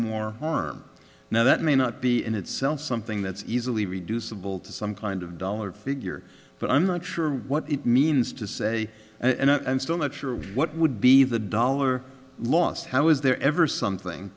more harm now that may not be in itself something that's easily reducible to some kind of dollar figure but i'm not sure what it means to say and i'm still not sure what would be the dollar loss how is there ever something